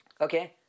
okay